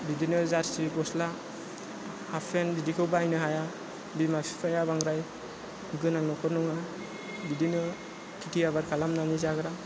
बिदिनो जारसि गस्ला हाफ पेन्ट बिदिखौ बायनो हाया बिमा बिफाया बांद्राय गोनां न'खरनि नङा बिदिनो खेथि आबाद खालामनानै जाग्रा